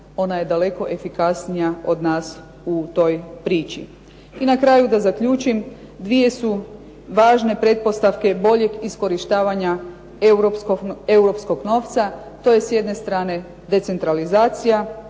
Ona je daleko efikasnija od nas u toj priči. I na kraju da zaključim. Dvije su važne pretpostavke boljeg iskorištavanja europskog novca. To je s jedne strane decentralizacija,